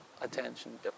attention